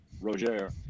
Roger